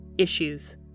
Issues